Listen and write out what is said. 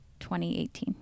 2018